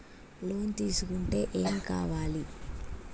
Loan తీసుకుంటే ఏం కావాలి?